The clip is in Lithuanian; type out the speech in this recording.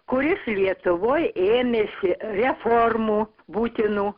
kuris lietuvoj ėmėsi reformų būtinų